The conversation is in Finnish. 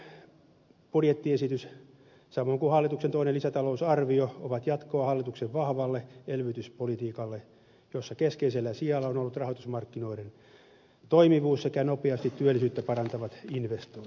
tämä budjettiesitys samoin kuin hallituksen toinen lisätalousarvio on jatkoa hallituksen vahvalle elvytyspolitiikalle jossa keskeisellä sijalla ovat olleet rahoitusmarkkinoiden toimivuus sekä nopeasti työllisyyttä parantavat investoinnit